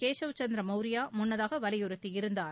கேஷவ் சந்திர மௌரியா முன்னதாக வலியுறுத்தியிருந்தார்